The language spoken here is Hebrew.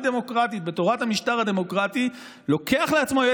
ע'דיר כמאל